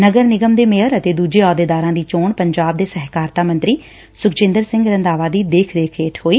ਨਗਰ ਨਿਗਮ ਦੇ ਮੇਅਰ ਅਤੇ ਦੁਜੇ ਅਹੁੱਦੇਦਾਰਾਂ ਦੀ ਚੋਣ ਪੰਜਾਬ ਦੇ ਸਹਿਕਾਰਤਾ ਮੰਤਰੀ ਸੁਖਜੰਦਰ ਸਿੰਘ ਰੰਧਾਵਾ ਦੀ ਦੇਖ ਰੇਖ ਹੇਠ ਹੋਈ